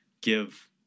give